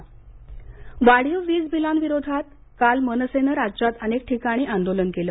मनसे वाढीव वीज बिलांविरोधात काल मनसेनं राज्यात अनेक ठिकाणी आंदोलन केलं